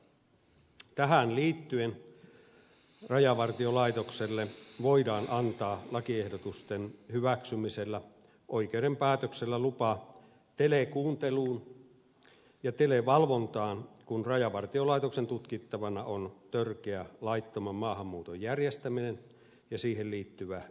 tähän liittyen lakiehdotusten hyväksymisellä rajavartiolaitokselle voidaan antaa oikeuden päätöksellä lupa telekuunteluun ja televalvontaan kun rajavartiolaitoksen tutkittavana on törkeä laittoman maahanmuuton järjestäminen ja siihen liittyvä ihmiskaupparikos